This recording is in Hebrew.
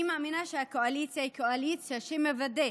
אני מאמינה שהקואליציה היא קואליציה שמוודאת